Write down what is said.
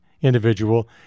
individual